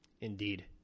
Indeed